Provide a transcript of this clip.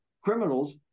criminals